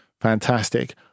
fantastic